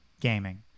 gaming